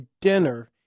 dinner